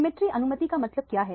symmetry अनुमति का मतलब क्या है